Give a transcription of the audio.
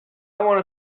want